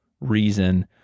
reason